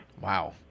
wow